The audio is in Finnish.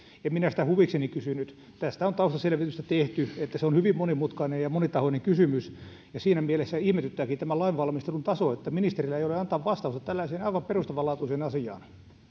en minä sitä huvikseni kysynyt tästä on taustaselvitystä tehty että se on hyvin monimutkainen ja monitahoinen kysymys siinä mielessä ihmetyttääkin tämän lainvalmistelun taso että ministerillä ei ole antaa vastausta tällaiseen aivan perustavanlaatuiseen asiaan